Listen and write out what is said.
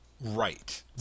Right